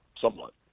somewhat